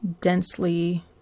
densely